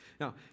Now